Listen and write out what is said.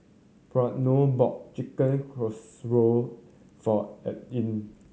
Breonna bought Chicken Casserole for Aileen